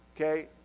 Okay